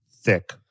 thick